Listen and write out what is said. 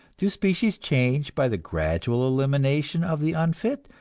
do species change by the gradual elimination of the unfit,